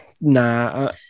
nah